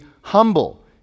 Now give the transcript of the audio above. humble